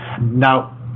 Now